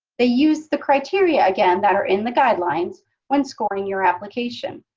they use the criteria again that are in the guidelines when scoring your application.